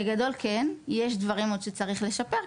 בגדול כן, יש דברים עוד שצריך לשפר כמובן.